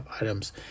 items